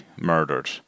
murdered